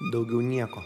daugiau nieko